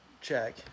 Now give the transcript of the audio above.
check